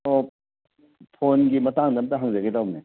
ꯑꯣ ꯐꯣꯟꯒꯤ ꯃꯇꯥꯡꯗ ꯑꯃꯨꯛꯇ ꯍꯪꯖꯒꯦ ꯇꯧꯕꯅꯦ